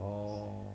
oh